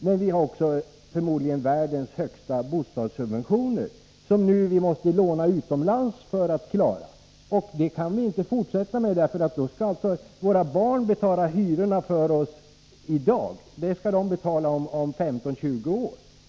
Men vi har förmodligen också världens högsta bostadssubventioner, och måste låna utomlands för att klara dessa. Det kan vi inte fortsätta med, för då blir det så att våra barn om 15-20 år får betala de hyror som vi har i dag.